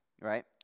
right